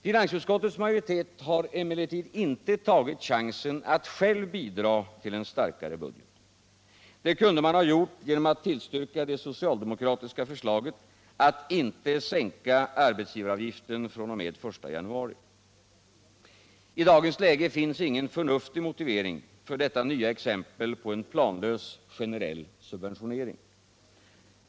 Finansutskottets majoritet har emellertid inte tagit chansen att själv bidra till en starkare budget. Det kunde man ha gjort genom att tillstyrka det socialdemokratiska förslaget att inte sänka arbetsgivaravgiften fr.o.m. den 1 januari. I dagens läge finns ingen förnuftig motivering för detta nya exempel på en planlös generell subventionering.